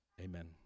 Amen